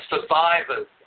survivors